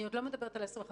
אני עוד לא מדברת על ה-25%,